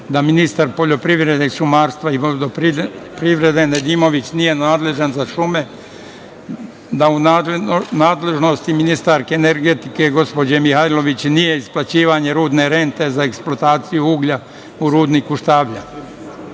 da ministar poljoprivrede i šumarstva i vodoprivrede Nedimović nije nadležan za šume, da u nadležnosti energetike, gospođe Mihajlović, nije isplaćivanje rudne rente za eksploataciju uglja u rudniku Štavalj. Još